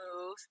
move